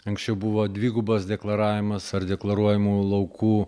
anksčiau buvo dvigubas deklaravimas ar deklaruojamų laukų